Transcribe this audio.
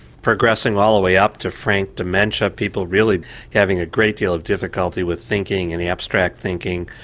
progressing all the way up to frank dementia, people really having a great deal of difficulty with thinking, any abstract thinking,